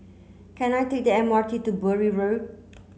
can I take the M R T to Bury Road